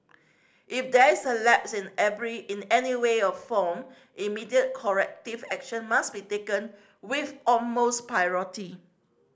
if there is a lapse in every in any way or form immediate corrective action must be taken with utmost priority